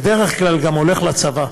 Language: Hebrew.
בדרך כלל גם הולך לצבא.